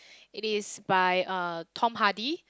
it is by uh Tom-Hardy